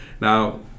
now